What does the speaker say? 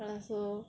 ya lah so